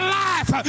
life